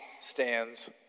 stands